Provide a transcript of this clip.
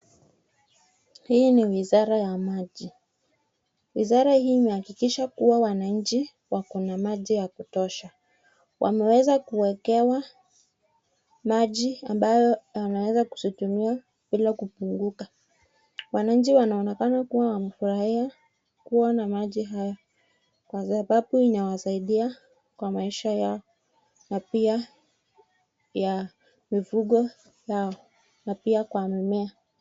Hii ni wizara ya maji. Wizara hii imehakikisha kuwa wanainchi wakona maji ya kutosha, wameweza kuwekewa maji ambayo yanaweza kuzitumia bila kupunguka. Wanainchi wanaonekana kuwa wanafurahia kuwa na maji haya kwa sababu inawasaidia kwa maisha yao na pia ya mifugo yao na pia kwa mimea.